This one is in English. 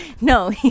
No